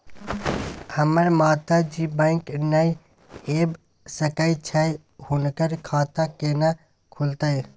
हमर माता जी बैंक नय ऐब सकै छै हुनकर खाता केना खूलतै?